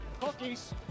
Cookies